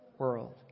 world